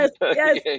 yes